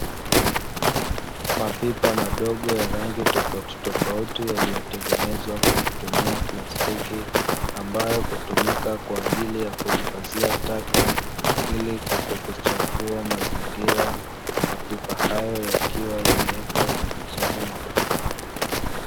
Mapipa madogo ya rangi tofauti tofauti yaliyotengenezwa kwa kutumia plastiki ambayo hutumika kwa ajili ya kuhifadhia taka ili kutokuchafua mazingira, mapipa hayo yakiwa yamewekwa pembezoni mwa barabara.